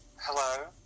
hello